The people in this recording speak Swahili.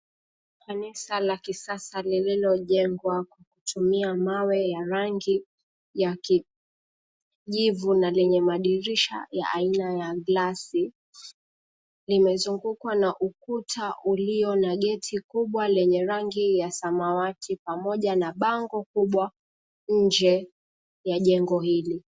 Kanisa la kisasa lilojengwa kutumia mawe ya rangi ya kijivu na lenye madiisha ya aina ya glasi. Limezungukwa na ukuta ulio na geti lenye rangi ya samawati pamoja na bango kubwa nje ya jengo hili.